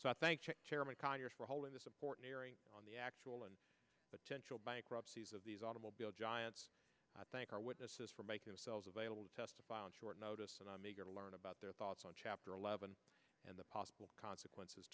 so i thank chairman conyers for all of the support nearing on the actual and potential bankruptcies of these automobile giants i thank our witnesses for make themselves available to testify on short notice and i'm eager to learn about their thoughts on chapter eleven and the possible consequences